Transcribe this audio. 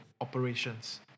operations